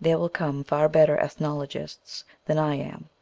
there will come far better ethnologists than i am,